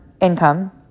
income